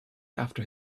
after